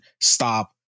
stop